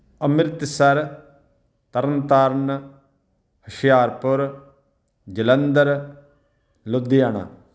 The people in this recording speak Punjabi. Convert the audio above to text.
ਅੰਮ੍ਰਿਤਸਰ ਤਰਨ ਤਾਰਨ ਹੁਸ਼ਿਆਰਪੁਰ ਜਲੰਧਰ ਲੁਧਿਆਣਾ